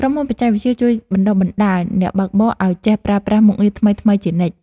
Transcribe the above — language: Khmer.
ក្រុមហ៊ុនបច្ចេកវិទ្យាជួយបណ្ដុះបណ្ដាលអ្នកបើកបរឱ្យចេះប្រើប្រាស់មុខងារថ្មីៗជានិច្ច។